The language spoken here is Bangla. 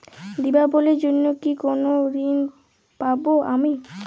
দীপাবলির জন্য কি কোনো ঋণ পাবো আমি?